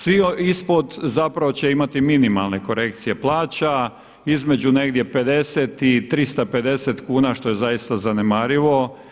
Svi ispod će imati minimalne korekcije plaća, između negdje 50 i 350 kuna što je zaista zanemarivo.